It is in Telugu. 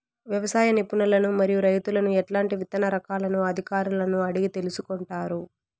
వ్యవసాయ నిపుణులను మరియు రైతులను ఎట్లాంటి విత్తన రకాలను అధికారులను అడిగి తెలుసుకొంటారు?